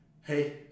Hey